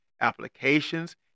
applications